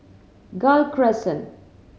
Gul Crescent